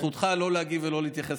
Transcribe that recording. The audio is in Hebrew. זכותך לא להגיב ולא להתייחס